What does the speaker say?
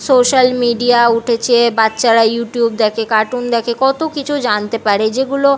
social media উঠেছে বাচ্চারা YouTube দেখে কার্টুন দেখে কত কিছু জানতে পারে যেগুলো